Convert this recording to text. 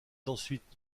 ensuite